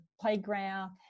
playground